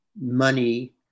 money